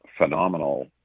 phenomenal